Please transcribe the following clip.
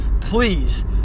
please